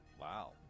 Wow